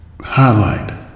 highlight